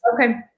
Okay